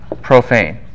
Profane